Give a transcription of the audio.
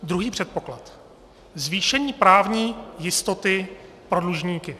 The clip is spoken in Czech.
Druhý předpoklad: zvýšení právní jistoty pro dlužníky.